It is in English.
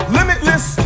limitless